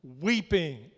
weeping